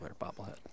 bobblehead